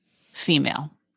female